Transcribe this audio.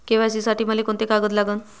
KYC साठी मले कोंते कागद लागन?